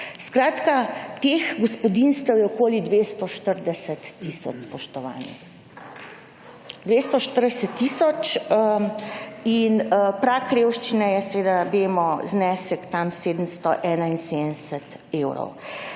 Skratka teh gospodinjstev je okoli 240 tisoč, spoštovani. 240 tisoč. In prag revščine je seveda, vemo, znesek tam 771 evrov.